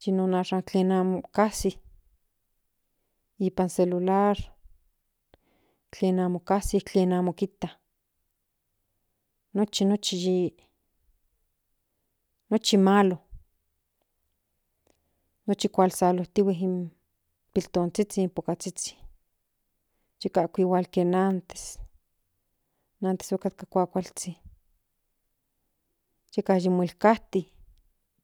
tlen asha amo kasi nipan celular tlen amo kasik tlen amo kijta nochi nochi malo nochi kualsalotihue in pipiltonzhin huan pokazhizhi yeka ako igual ken antes okatka kuakualzhin yeka yi mokajti.